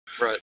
Right